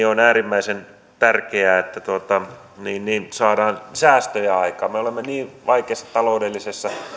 on äärimmäisen tärkeää että saadaan säästöjä aikaan me olemme niin vaikeassa taloudellisessa